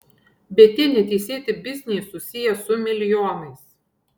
bet tie neteisėti bizniai susiję su milijonais